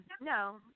No